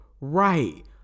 Right